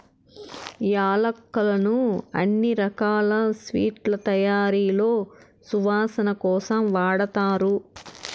యాలక్కులను అన్ని రకాల స్వీట్ల తయారీలో సువాసన కోసం వాడతారు